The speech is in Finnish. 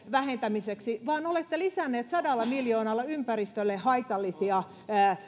vähentämiseksi vaan olette lisänneet sadalla miljoonalla ympäristölle haitallisia